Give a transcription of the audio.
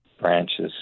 branches